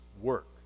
work